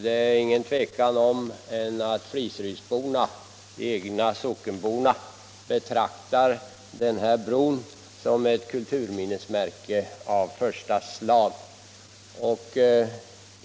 Det är inget tvivel om att sockenborna själva betraktar den här bron som ett kulturminnesmärke av första rang.